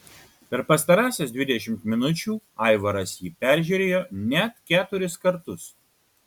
per pastarąsias dvidešimt minučių aivaras jį peržiūrėjo net keturis kartus